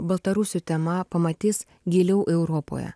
baltarusių tema pamatys giliau europoje